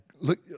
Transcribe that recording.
look